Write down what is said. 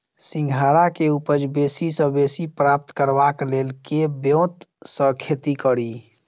सिंघाड़ा केँ उपज बेसी सऽ बेसी प्राप्त करबाक लेल केँ ब्योंत सऽ खेती कड़ी?